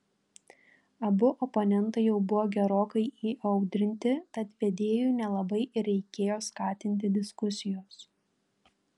abu oponentai jau buvo gerokai įaudrinti tad vedėjui nelabai ir reikėjo skatinti diskusijos